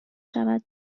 شود